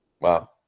Wow